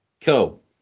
Cool